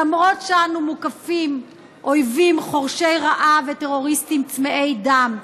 למרות שאנו מוקפים אויבים חורשי רעה וטרוריסטים צמאי דם.